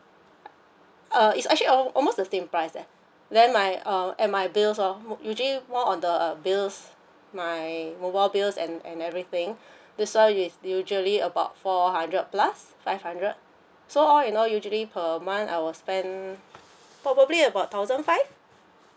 uh it's actually al~ almost the same price eh then my uh and my bills loh usually more on the bills my mobile bills and and everything that's why it's usually about four hundred plus five hundred so all you know usually per month I will spend probably about thousand five